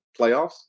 playoffs